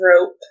rope